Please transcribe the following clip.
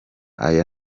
aya